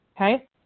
Okay